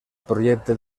projecte